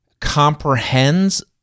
comprehends